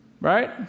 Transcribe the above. Right